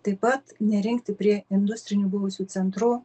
taip pat nerinkti prie industrinių buvusių centrų